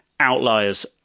Outliers